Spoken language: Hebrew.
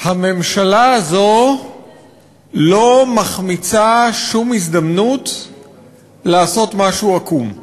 הממשלה הזאת לא מחמיצה שום הזדמנות לעשות משהו עקום.